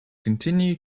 continue